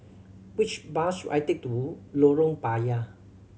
which bus should I take to Lorong Payah